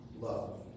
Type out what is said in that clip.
love